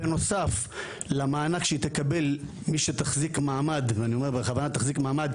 בנוסף למענק שהיא תקבל מי שתחזיק מעמד ואני אומר בכוונה תחזיק מעמד,